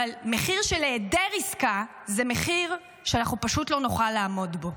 אבל מחיר של היעדר עסקה הוא מחיר שאנחנו פשוט לא נוכל לעמוד בו.